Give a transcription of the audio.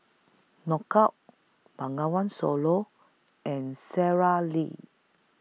Knockout Bengawan Solo and Sara Lee